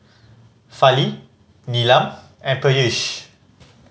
Fali Neelam and Peyush